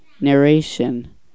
narration